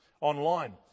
online